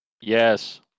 Yes